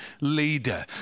leader